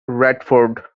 radford